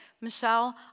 Michelle